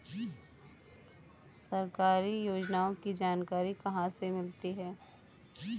सरकारी योजनाओं की जानकारी कहाँ से मिलती है?